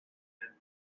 had